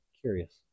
curious